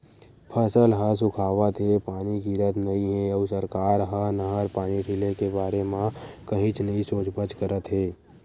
फसल ह सुखावत हे, पानी गिरत नइ हे अउ सरकार ह नहर पानी ढिले के बारे म कहीच नइ सोचबच करत हे